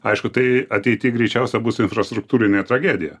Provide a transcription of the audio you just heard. aišku tai ateity greičiausia bus infrastruktūrinė tragedija